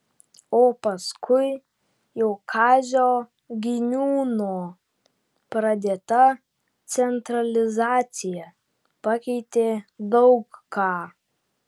o paskui jau kazio giniūno pradėta centralizacija pakeitė daug ką